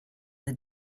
the